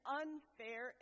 unfair